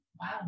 wow